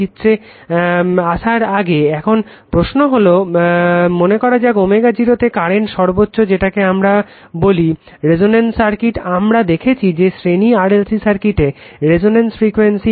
চিত্রে আসার আগে এখন প্রশ্ন হলো মনে করা যাক ω0 তে কারেন্ট সর্বোচ্চ যেটাকে আমরা বলি রেসনেন্স সার্কিট আমরা দেখেছি যে শ্রেণী RLC সার্কিটে রেসনেন্স ফ্রিকুয়েন্সি XL XC তে হয়